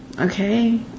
okay